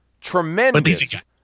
tremendous